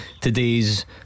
today's